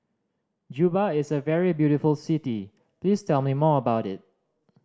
Juba is a very beautiful city please tell me more about it